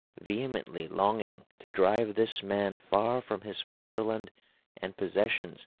vehemently longing to drive this man far from his fatherland and possessions,